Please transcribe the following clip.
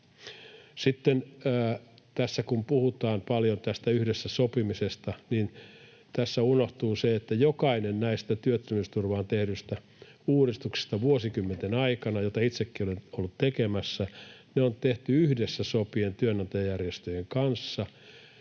Kun puhutaan paljon tästä yhdessä sopimisesta, niin tässä unohtuu se, että jokainen näistä vuosikymmenten aikana työttömyysturvaan tehdyistä uudistuksista, joita itsekin olen ollut tekemässä, on tehty yhdessä sopien työnantajajärjestöjen kanssa.